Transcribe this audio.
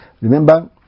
Remember